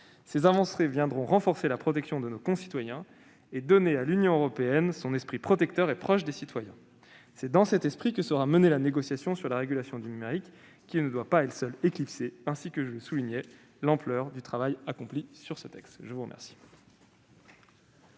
Ces avancées renforceront la protection de nos concitoyens, donneront à l'Union européenne une dimension protectrice et la rendront plus proche des citoyens. C'est dans cet esprit que sera menée la négociation sur la régulation du numérique, qui ne doit pas à elle seule éclipser, ainsi que je le soulignais, l'ampleur du travail accompli sur ce texte. Très bien